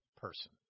person